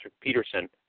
Peterson